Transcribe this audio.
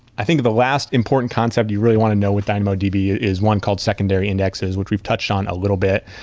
i think the last important concept you really want to know with dynamodb is one called secondary indexes, which we've touched on a little bit.